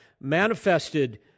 manifested